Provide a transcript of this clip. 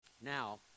Now